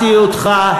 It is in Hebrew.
אותך,